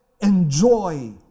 Enjoy